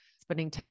spending